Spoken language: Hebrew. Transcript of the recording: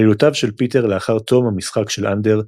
עלילותיו של פיטר לאחר תום "המשחק של אנדר"